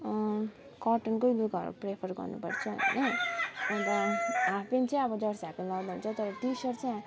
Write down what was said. कटनकै लुगाहरू प्रिफर गर्नुपर्छ होइन अन्त हाफ प्यान्ट चाहिँ अब जर्सी हाफ प्यान्ट लगाउँदा हुन्छ तर टी सर्ट चाहिँ